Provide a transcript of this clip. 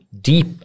deep